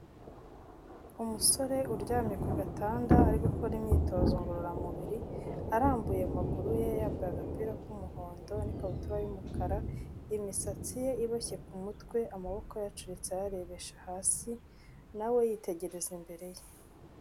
Umusore uryamye ku gatanda, ari gukora imyitozo ngororamubiri arambuye amaguru ye, yambaye agapira k'umuhondo n'ikabutura y'umukara, imisatsi ye iboshye ku mutwe, amaboko yayacuritse ayarebesha hasi na we yitegereza imbere ye.